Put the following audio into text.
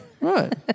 Right